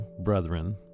brethren